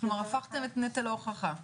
כלומר הפכתם את נטל ההוכחה.